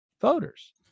voters